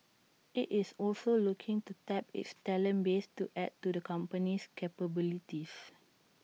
IT is also looking to tap its talent base to add to the company's capabilities